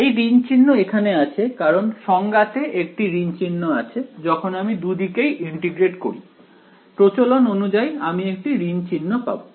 এই ঋণ চিহ্ন এখানে আছে কারণ সংজ্ঞাতে একটি ঋণ চিহ্ন আছে যখন আমি দুদিকেই ইন্টিগ্রেট করি প্রচলন অনুযায়ী আমি একটি ঋণ চিহ্ন পাবো